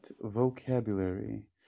vocabulary